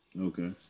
Okay